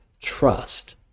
trust